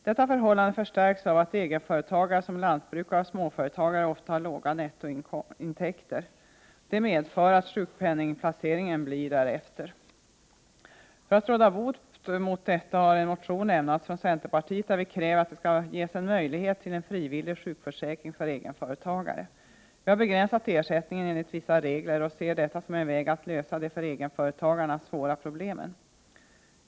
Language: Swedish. Detta förhållande förstärks av att egenföretagare som lantbrukare och småföretagare ofta har låga nettointäkter. Det medför att sjukpenninginplaceringen blir därefter. För att råda bot mot detta har en motion lämnats från centerpartiet, i vilken vi kräver att det skall ges möjlighet till frivillig sjukförsäkring för egenföretagare. Vi har begränsat ersättningen enligt vissa regler och ser detta som en väg att lösa de för egenföretagarna svåra problemen.